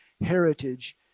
heritage